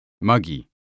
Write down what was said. Muggy